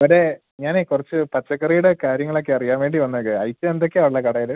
അതെ ഞാൻ കുറച്ച് പച്ചക്കറിയുടെ കാര്യങ്ങളൊക്കെ അറിയാൻ വേണ്ടി വന്നതാണ് ഐറ്റം എന്തൊക്കെയാണ് ഉള്ളത് കടയിൽ